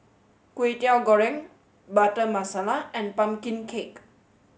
Kway Teow Goreng Butter Masala and Pumpkin Cake